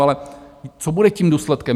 Ale co bude tím důsledkem?